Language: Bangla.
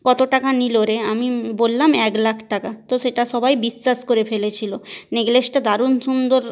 কতো টাকা নিলো রে আমি বললাম এক লাখ টাকা তো সেটা সবাই বিশ্বাস করে ফেলেছিলো নেকলেসটা দারুণ সুন্দর